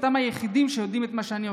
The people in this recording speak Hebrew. אתה מהיחידים שיודעים מה אני עושה.